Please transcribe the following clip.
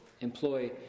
employ